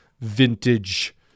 vintage